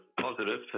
positive